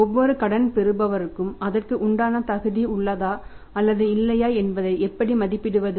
எந்தவொரு கடன் பெறுபவருக்கு அதற்கு உண்டான தகுதி உள்ளதா அல்லது இல்லையா என்பதை எப்படி மதிப்பிடுவது